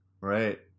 Right